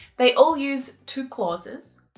they all use two clauses.